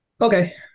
Okay